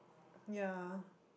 ya